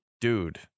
dude